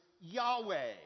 Yahweh